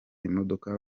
imodoka